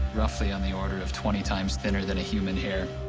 roughly on the order of twenty times thinner than a human hair.